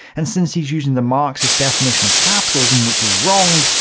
and since he's using the marxist definition of capitalism, which is wrong,